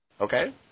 Okay